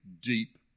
deep